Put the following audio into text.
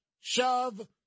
shove